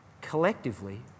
collectively